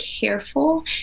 careful